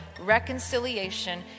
reconciliation